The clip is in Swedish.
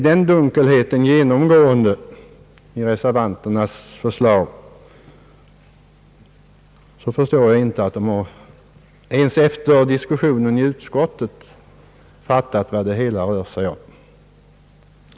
Ser reservanterna lika dunkelt på alla punkter, förstår jag inte att de ens efter diskussionen i utskottet har fattat vad det hela rör sig om.